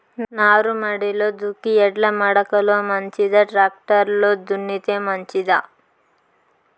నారుమడిలో దుక్కి ఎడ్ల మడక లో మంచిదా, టాక్టర్ లో దున్నితే మంచిదా?